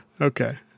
Okay